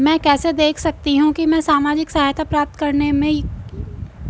मैं कैसे देख सकती हूँ कि मैं सामाजिक सहायता प्राप्त करने के योग्य हूँ या नहीं?